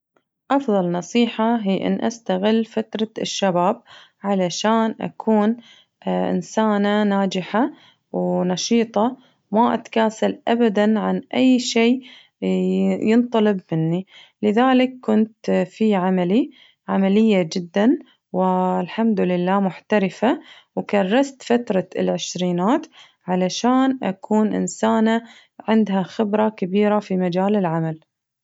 أفضل نصيحة هي أن أستغل فترة الشباب علشان أكون إنسانة ناجحة ونشيطة وما أتكاسل أبداً عن أي شي ينطلب مني لذلك كنت في عملي عملية جداً و الحمد لله محترفة وكرست فترة العشرينات علشان أكون إنسانة عندها خبرة كبيرة في مجال العمل.